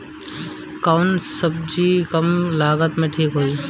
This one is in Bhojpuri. कौन सबजी कम लागत मे ठिक होई?